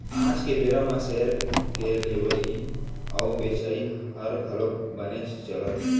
आज के बेरा म सेयर के लेवई अउ बेचई हर घलौक बनेच चलत हे